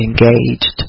engaged